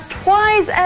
twice